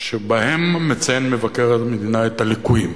שבהם מציין מבקר המדינה את הליקויים.